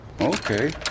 Okay